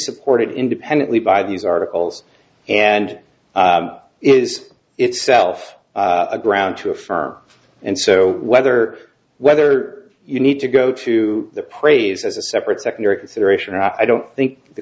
supported independently by these articles and is itself a ground to a firm and so whether whether you need to go to the praise as a separate secondary consideration i don't think the